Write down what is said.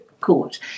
court